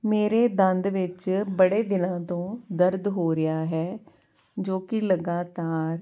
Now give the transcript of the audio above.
ਮੇਰੇ ਦੰਦ ਵਿੱਚ ਬੜੇ ਦਿਨਾਂ ਤੋਂ ਦਰਦ ਹੋ ਰਿਹਾ ਹੈ ਜੋ ਕਿ ਲਗਾਤਾਰ